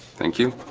thank you